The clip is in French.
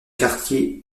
quartier